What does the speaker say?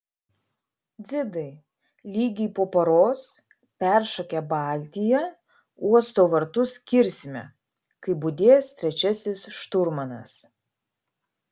dzidai lygiai po paros peršokę baltiją uosto vartus kirsime kai budės trečiasis šturmanas